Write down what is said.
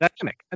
dynamic